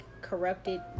corrupted